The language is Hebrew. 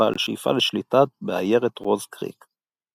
בעל שאיפה לשליטה בעיירת רוז קריק.